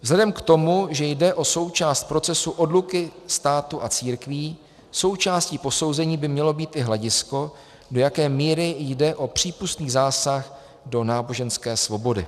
Vzhledem k tomu, že jde o součást procesu odluky státu a církví, součástí posouzení by mělo být i hledisko, do jaké míry jde o přípustný zásah do náboženské svobody.